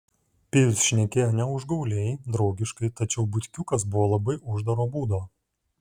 pijus šnekėjo ne užgauliai draugiškai tačiau butkiukas buvo labai uždaro būdo